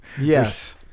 Yes